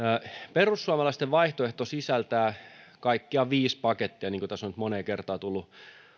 perussuomalaisten vaihtoehto sisältää kaikkiaan viisi pakettia niin kuin tässä on nyt moneen kertaan tullut